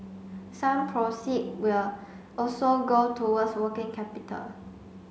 some proceed will also go towards working capital